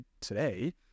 today